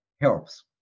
helps